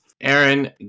aaron